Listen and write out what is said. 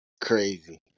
crazy